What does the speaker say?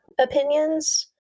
opinions